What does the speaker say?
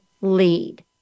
lead